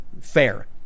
fair